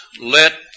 let